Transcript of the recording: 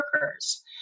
workers